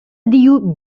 дию